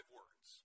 words